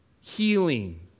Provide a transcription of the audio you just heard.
healing